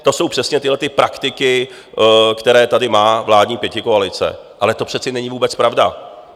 To jsou přesně tyto praktiky, které tady má vládní pětikoalice, ale to přece není vůbec pravda.